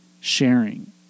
sharing